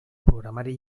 programari